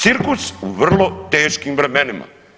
Cirkus u vrlo teškim vremenima.